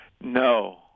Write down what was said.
No